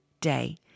day